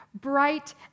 bright